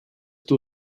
two